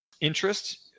interest